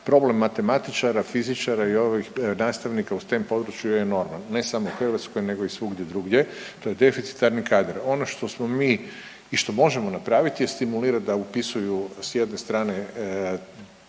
problem matematičara, fizičara i ovih nastavnika u stem području je enorman ne samo u Hrvatskoj nego i svugdje drugdje, to je deficitarni kadar. Ono što smo mi i što možemo napraviti je stimulirat da upisuju s jedne strane